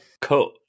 cut